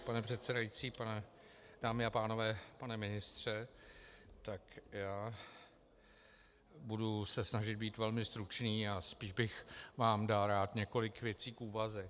Pane předsedající, dámy a pánové, pane ministře, budu se snažit být velmi stručný a spíš bych vám rád dal několik věcí k úvaze.